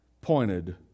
pointed